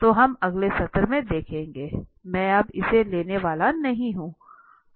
तो हम अगले सत्र में देखेंगे I मैं अब इसे लेने वाला नहीं हूं